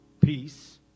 peace